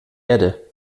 erde